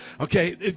Okay